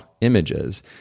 images